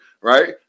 right